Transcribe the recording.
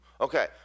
Okay